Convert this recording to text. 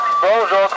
Bonjour